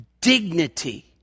dignity